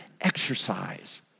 exercise